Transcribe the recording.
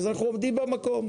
אז אנחנו עומדים במקום.